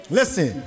listen